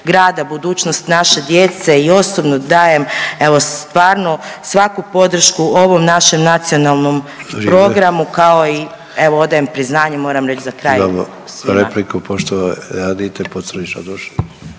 budućnost naše djece i osobno dajem, evo stvarno svaku podršku ovom našem Nacionalnom programu kao i .../Upadica: Vrijeme./...